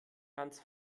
ganz